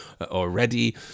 already